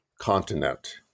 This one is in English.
continent